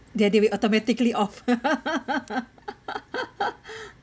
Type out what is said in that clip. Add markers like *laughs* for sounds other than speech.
there they will automatically off *laughs*